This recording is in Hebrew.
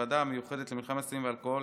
בוועדה המיוחדת למלחמה בסמים ובאלכוהול